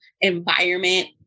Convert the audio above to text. environment